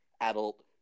adult